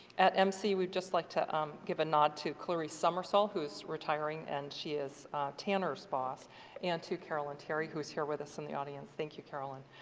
at mc we'd just like to um give a nod to clarice somersall who is retiring and she is tanner's boss and to carolyn terry who is here with us in the audience. thank you carolyn,